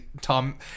tom